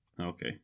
okay